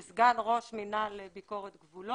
סגן ראש מינהל ביקורת גבולות.